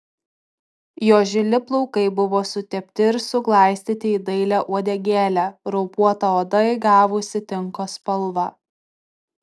jo žili plaukai buvo sutepti ir suglaistyti į dailią uodegėlę raupuota oda įgavusi tinko spalvą